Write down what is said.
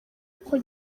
uko